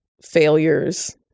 failures